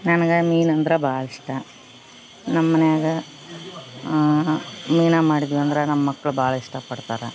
ನನ್ಗ ಮೀನು ಅಂದ್ರ ಭಾಳ್ ಇಷ್ಟ ನಮ್ಮನೆಯಾಗ ಮೀನು ಮಾಡಿದ್ವಾ ಅಂದ್ರ ನಮ್ಮಕ್ಳು ಭಾಳ ಇಷ್ಟ ಪಡ್ತಾರೆ